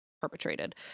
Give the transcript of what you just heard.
perpetrated